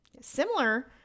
Similar